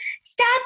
stop